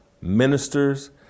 ministers